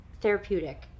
therapeutic